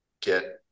get